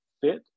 fit